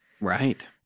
Right